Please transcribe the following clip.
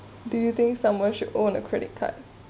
do you think someone should own a credit card